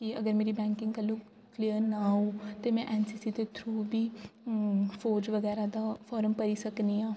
की अगर मेरी कल्लू बैंकिंग क्लियर न होग ते में एन सी सी दे थ्रू बी फौज बगैरा दा फॉर्म भरी सकनी आं